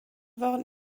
waren